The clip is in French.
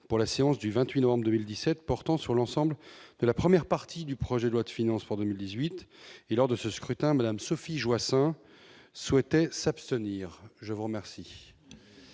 pour la séance du 28 novembre 2017 portant sur l'ensemble de la première partie du projet de loi de finances, formule 18 et lors de ce scrutin Madame Sophie Joissains souhaitaient s'abstenir je vous remercie.